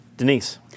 Denise